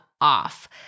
off